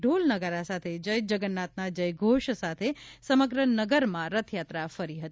ઢોલ નગારા સાથે જય જગન્નાથના જયઘોષ સાથે સમગ્ર નગરમાં રથયાત્રા ફરી હતી